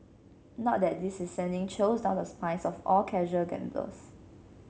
not that this is sending chills down the spines of all casual gamblers